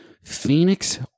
Phoenix